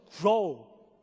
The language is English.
grow